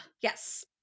Yes